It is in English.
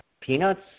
Peanuts